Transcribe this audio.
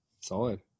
Solid